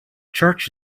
church